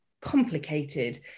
complicated